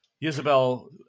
Isabel